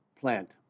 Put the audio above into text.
plant